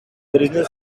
original